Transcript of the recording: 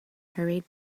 hurried